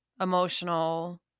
Emotional